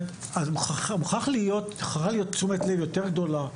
מוכרחה להיות תשומת לב יותר גדולה.